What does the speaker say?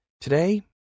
Today